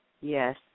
Yes